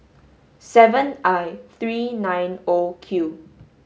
seven I three nine O Q